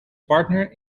partner